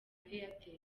airtel